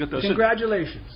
Congratulations